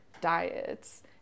diets